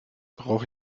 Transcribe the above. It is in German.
brauche